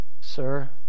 sir